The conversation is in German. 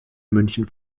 münchen